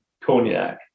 cognac